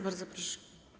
Bardzo proszę.